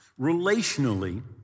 relationally